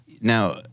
Now